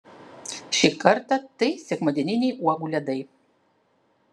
šį kartą tai sekmadieniniai uogų ledai